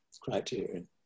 criterion